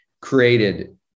created